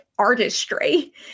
Artistry